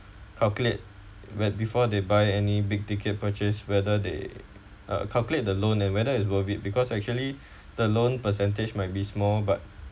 calculate when before they buy any big ticket purchase whether they uh calculate the loan and whether is worth it because actually the loan percentage might be small but